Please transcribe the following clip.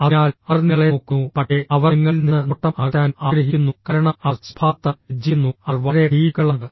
അതിനാൽ അവർ നിങ്ങളെ നോക്കുന്നു പക്ഷേ അവർ നിങ്ങളിൽ നിന്ന് നോട്ടം അകറ്റാൻ ആഗ്രഹിക്കുന്നു കാരണം അവർ സ്വഭാവത്താൽ ലജ്ജിക്കുന്നു അവർ വളരെ ഭീരുക്കളാണ്